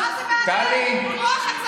הולכים לעמוד ולמדוד לך את אורך השרוול.